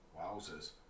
Wowzers